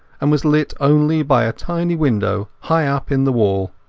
and was lit only by a tiny window high up in the wall.